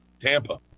Tampa